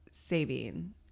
saving